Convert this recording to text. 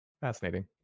Fascinating